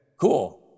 Cool